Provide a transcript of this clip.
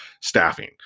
staffing